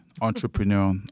entrepreneur